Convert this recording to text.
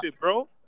bro